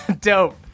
Dope